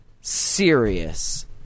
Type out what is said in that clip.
serious